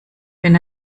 wenn